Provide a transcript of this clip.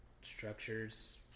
structures